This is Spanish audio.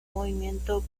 movimiento